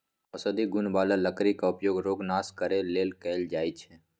औषधि गुण बला लकड़ी के उपयोग रोग नाश करे लेल कएल जाइ छइ